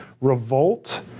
revolt